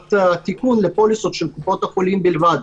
להצעת התיקון פוליסות של קופות החולים בלבד,